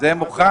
זה מוכן.